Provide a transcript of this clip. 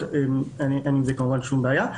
אין עם זה כמובן שום בעיה.